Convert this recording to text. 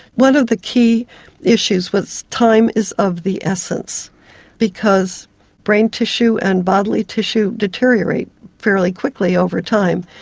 one of the key issues was time is of the essence because brain tissue and bodily tissue deteriorate fairly quickly over time.